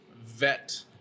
vet